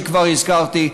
שכבר הזכרתי,